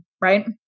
Right